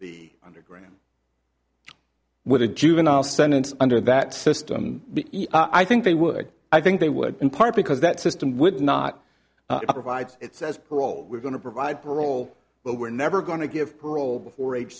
the underground with a juvenile sentence under that system i think they would i think they would in part because that system would not provide it says parole we're going to provide parole but we're never going to give parole before age